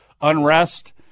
unrest